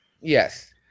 Yes